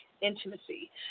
intimacy